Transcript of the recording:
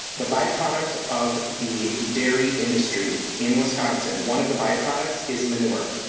the byproduct of the dairy industry in wisconsin, one of the byproducts is manure.